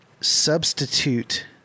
Substitute